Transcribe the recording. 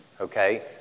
Okay